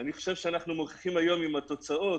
אני חושב שאנחנו מוכיחים היום, עם התוצאות,